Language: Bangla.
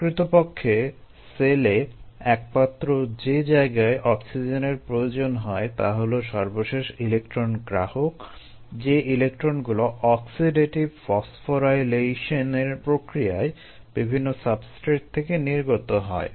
প্রকৃতপক্ষে সেলে একমাত্র যে জায়গায় অক্সিজেনের প্রয়োজন হয় তা হলো সর্বশেষ ইলেকট্রন গ্রাহক যেই ইলেকট্রনগুলো অক্সিডেটিভ ফসফোরাইলেশনের থেকে নির্গত হয়